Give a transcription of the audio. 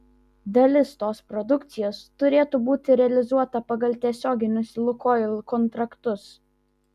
dalis tos produkcijos turėtų būti realizuota pagal tiesioginius lukoil kontraktus